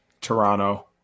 Toronto